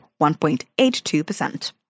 1.82%